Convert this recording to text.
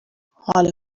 حال